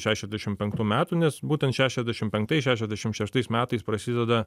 šešiasdešim penktų metų nes būtent šešiasdešim penktais šešiasdešim šeštais metais prasideda